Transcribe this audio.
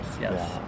yes